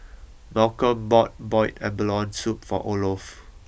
Malcolm bought Boiled Abalone Soup for Olof